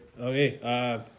Okay